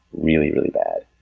really really bad.